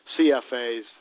CFAs